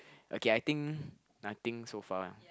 okay I think nothing so far